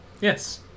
Yes